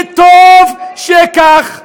וטוב שכך.